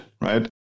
right